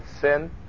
sin